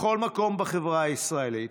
בכל מקום בחברה הישראלית,